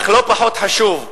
אך לא פחות חשוב,